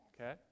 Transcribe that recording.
Okay